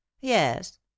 Yes